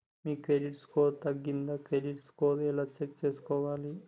మీ credit score తగ్గిందా credit report ఎలా check చేసుకోవాలి?